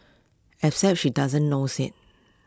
except she doesn't knows IT